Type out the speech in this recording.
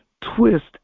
twist